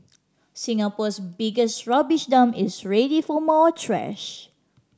Singapore's biggest rubbish dump is ready for more trash